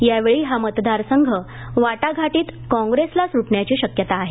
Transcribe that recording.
यावेळी हा मतदारसंघ वाटाघाटीत कॉग्रेसला सुटण्याची शक्यता आहे